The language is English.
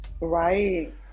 Right